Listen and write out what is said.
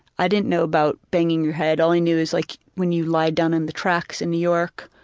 i didn't know about banging your head, all i knew is like when you lied down in the tracks in new york,